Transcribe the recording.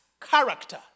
character